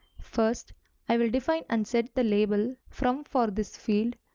first i will define and set the label from for this field,